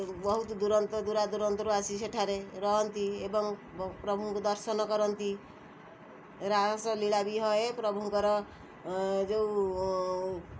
ବହୁତ ଦୂରାନ୍ତ ଦୂରାଦୂରାନ୍ତରୁ ଆସି ସେଠାରେ ରହନ୍ତି ଏବଂ ପ୍ରଭୁଙ୍କୁ ଦର୍ଶନ କରନ୍ତି ରାହାସ ଲୀଳା ବି ହୁଏ ପ୍ରଭୁଙ୍କର ଯେଉଁ